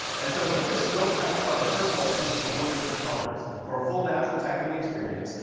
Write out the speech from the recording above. and so, with this go-type cover first of all, it comes in four different colors, for a full natural typing experience.